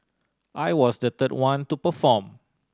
I was the third one to perform